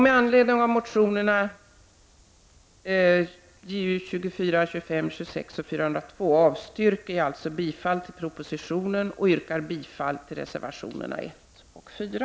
Med anledning av motionerna Ju24, Ju25, Ju26 och Ju402 avstyrker jag bifall till propositionen och yrkar bifall till reservationerna 1 och 4.